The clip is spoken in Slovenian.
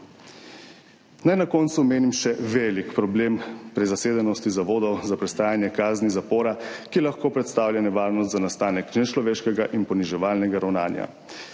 Naj na koncu omenim še velik problem prezasedenosti zavodov za prestajanje kazni zapora, kar lahko predstavlja nevarnost za nastanek nečloveškega in poniževalnega ravnanja.